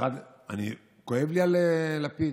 כואב לי על לפיד.